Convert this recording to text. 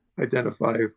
identify